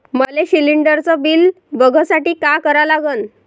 मले शिलिंडरचं बिल बघसाठी का करा लागन?